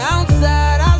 Outside